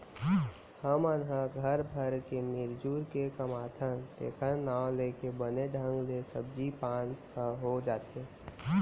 हमन ह घर भर के मिरजुर के कमाथन तेखर नांव लेके बने ढंग ले सब्जी पान ह हो जाथे